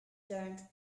turned